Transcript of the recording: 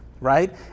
right